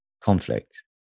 Conflict